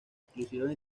exclusivas